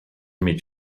meet